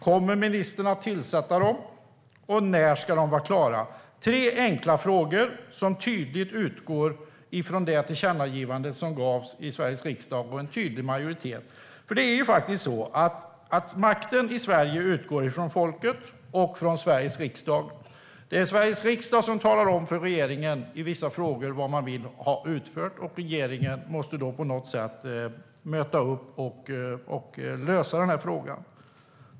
Detta är tre enkla frågor som tydligt utgår ifrån det tillkännagivande som en majoritet i Sveriges riksdag gav. Makten i Sverige utgår från folket och från Sveriges riksdag. Det är Sveriges riksdag som i vissa frågor talar om för regeringen vad man vill ha utfört, och då måste regeringen på något sätt ta itu med frågan.